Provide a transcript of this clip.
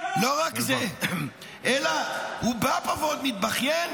לא רק זה, אלא הוא בא פה ועוד מתבכיין.